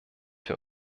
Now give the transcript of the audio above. für